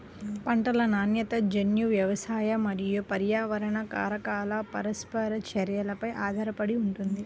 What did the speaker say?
పంటల నాణ్యత జన్యు, వ్యవసాయ మరియు పర్యావరణ కారకాల పరస్పర చర్యపై ఆధారపడి ఉంటుంది